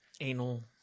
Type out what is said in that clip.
Anal